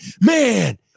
man